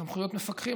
סמכויות מפקחים,